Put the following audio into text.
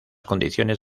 condiciones